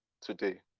today